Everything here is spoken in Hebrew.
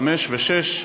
חמש ושש,